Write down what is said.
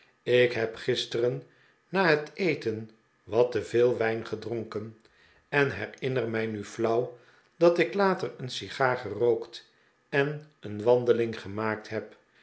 ik heb gisteren ha het eten wat te veel wijn gedronken en herinner mij nu flauw dat ik later een sigaar gerookt en een wandeling gemaakt heb